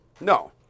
No